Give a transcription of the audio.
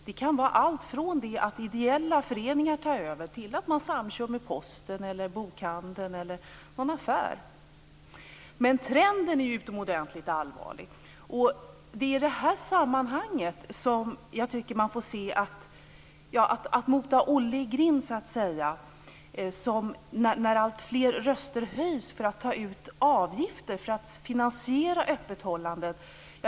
Det kan vara allt från att ideella föreningar tar över till att man samkör med posten, bokhandeln eller någon affär. Men trenden är utomordentligt allvarlig. Det är i detta sammanhang som jag tycker att man måste mota Olle i grind, när alltfler röster höjs för att man skall ta ut avgifter för att finansiera öppethållandet.